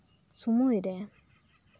ᱥᱚᱢᱚᱭᱨᱮ